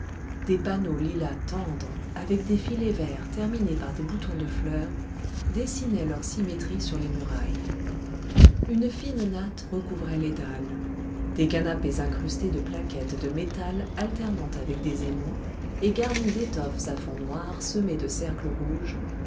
des panneaux lilas tendre avec des filets verts terminés par des boutons de fleurs dessinaient leurs symétries sur les murailles une fine natte recouvrait les dalles des canapés incrustés de plaquettes de métal alternant avec des émaux et garnis d'étoffes à fond noir semé de cercles rouges